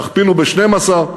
תכפילו ב-12,